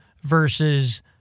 versus